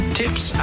tips